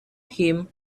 him